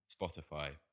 Spotify